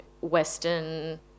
Western